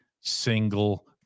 single